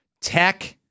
tech